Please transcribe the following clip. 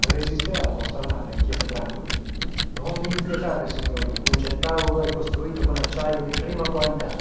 resisterà la vostra nave chiese brandok non vi inquietate signori il mio centauro è costruito con acciaio di prima qualità